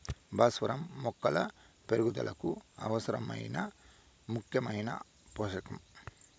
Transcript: భాస్వరం మొక్కల పెరుగుదలకు అవసరమైన ముఖ్యమైన పోషకం